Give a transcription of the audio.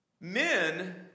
men